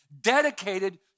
dedicated